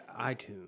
iTunes